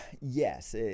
Yes